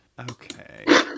Okay